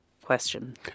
question